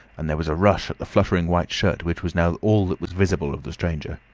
and there was a rush at the fluttering white shirt which was now all that was visible of the stranger.